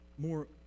more